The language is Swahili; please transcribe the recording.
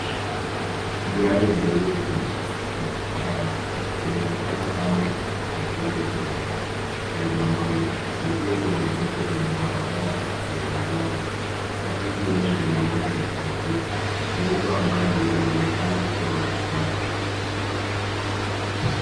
Gari jeusi la kifahari inaonekana kama Mercede Benz ya samani, likiwa limeegesw kwenye barabara enye lami. Gari hilo lina namba ya usajili. Muundo wa gari unaonekana kuwa wa kisasa.